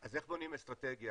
אז איך בונים אסטרטגיה?